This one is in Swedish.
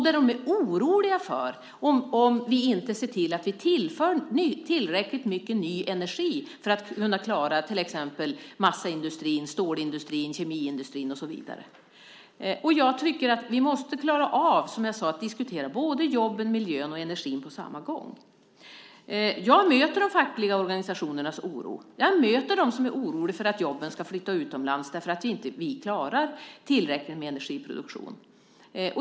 De är oroliga för hur det blir om vi inte ser till att tillföra tillräckligt mycket ny energi för att kunna klara till exempel massaindustrin, stålindustrin, kemiindustrin och så vidare. Jag tycker att vi måste klara av, som jag sade, att diskutera såväl jobben som miljön och energin på samma gång. Jag möter de fackliga organisationernas oro. Jag möter dem som är oroliga för att jobben ska flytta utomlands eftersom vi inte klarar tillräcklig energiproduktion.